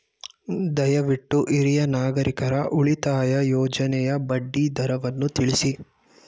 ದಯವಿಟ್ಟು ಹಿರಿಯ ನಾಗರಿಕರ ಉಳಿತಾಯ ಯೋಜನೆಯ ಬಡ್ಡಿ ದರವನ್ನು ತಿಳಿಸಿ